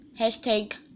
Hashtag